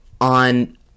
on